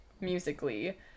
musically